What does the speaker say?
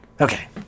Okay